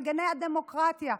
מגיני הדמוקרטיה,